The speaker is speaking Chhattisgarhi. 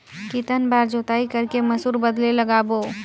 कितन बार जोताई कर के मसूर बदले लगाबो?